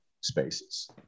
spaces